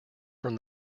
from